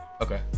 Okay